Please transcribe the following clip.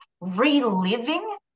reliving